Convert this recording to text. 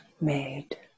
made